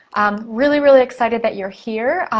um really, really, excited that you're here,